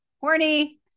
horny